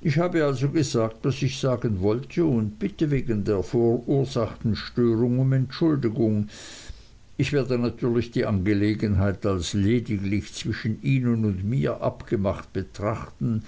ich habe also gesagt was ich sagen wollte und bitte wegen der verursachten störung um entschuldigung ich werde natürlich die angelegenheit als lediglich zwischen ihnen und mir abgemacht betrachten